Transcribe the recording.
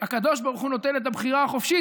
הקדוש ברוך הוא נוטל את הבחירה החופשית.